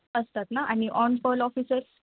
असतात ना आणि ऑन पॉल ऑफिसर